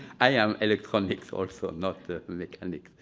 i am electronics also, not a mechanic.